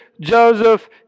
Joseph